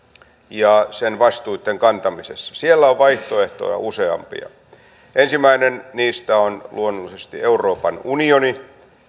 ja sen vastuitten kantamisessa siellä on vaihtoehtoja useampia ensimmäinen niistä on luonnollisesti euroopan unioni